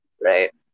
right